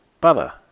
butter